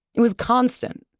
it was constant,